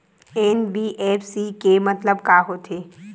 NBFC के मतलब का होथे?